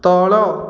ତଳ